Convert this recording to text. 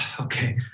okay